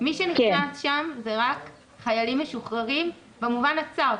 - מי שנכנס שם זה רק חיילים משוחררים במובן הצר.